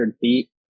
feet